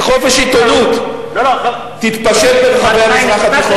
וחופש עיתונות, תתפשט ברחבי המזרח התיכון.